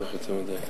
אדוני.